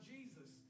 Jesus